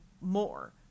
more